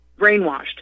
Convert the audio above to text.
brainwashed